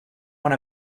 one